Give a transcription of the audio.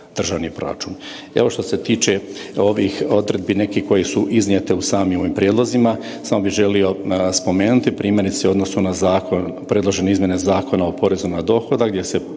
državni proračun. Evo što se tiče ovih odredbi nekih koje su iznijete u samim ovim prijedlozima, samo bi želio spomenuti primjerice u odnosu na predložene izmjene Zakona o porezu na dohodak gdje se